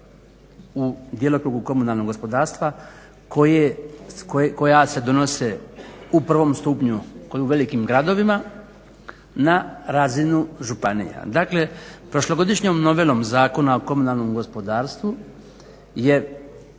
u djelokrugu komunalnog gospodarstva koja se donose u prvom stupnju u velikim gradovima na razinu županija. Dakle prošlogodišnjom novelom Zakona o komunalnom gospodarstvu je,